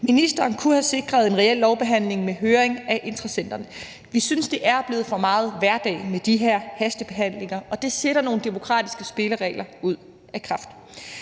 Ministeren kunne have sikret en reel lovbehandling med høring af interessenterne. Vi synes, det er blevet for meget hverdag med de her hastebehandlinger, og det sætter nogle demokratiske spilleregler ud af kraft.